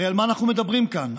הרי על מה אנחנו מדברים כאן?